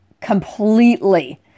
completely